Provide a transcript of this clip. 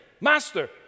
Master